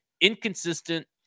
inconsistent